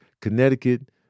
Connecticut